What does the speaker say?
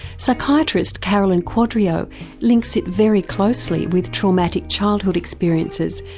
psychiatrist carolyn quadrio links it very closely with traumatic childhood experiences,